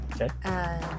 Okay